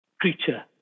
creature